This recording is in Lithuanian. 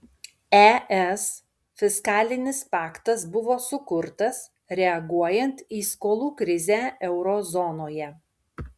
es fiskalinis paktas buvo sukurtas reaguojant į skolų krizę euro zonoje